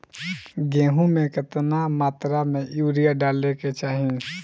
गेहूँ में केतना मात्रा में यूरिया डाले के चाही?